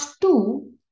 two